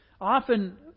Often